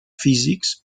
físics